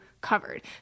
covered